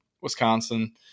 Wisconsin